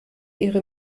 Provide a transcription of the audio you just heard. ihre